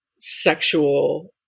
sexual